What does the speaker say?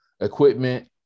equipment